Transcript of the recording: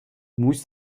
موش